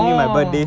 orh